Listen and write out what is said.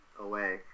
away